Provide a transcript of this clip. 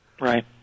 right